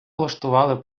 влаштували